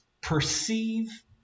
perceive